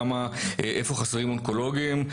איפה חסרים אונקולוגים.